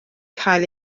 cael